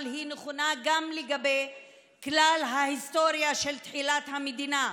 אבל היא נכונה גם לגבי כלל ההיסטוריה של תחילת המדינה,